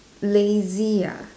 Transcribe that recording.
lazy ah